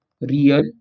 real